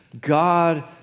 God